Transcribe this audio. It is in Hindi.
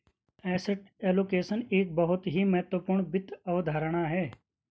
एसेट एलोकेशन एक बहुत ही महत्वपूर्ण वित्त अवधारणा है